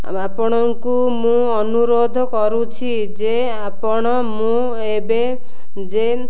ଆପଣଙ୍କୁ ମୁଁ ଅନୁରୋଧ କରୁଛି ଯେ ଆପଣ ମୁଁ ଏବେ ଯେ